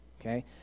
okay